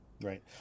Right